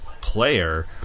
player